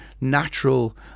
natural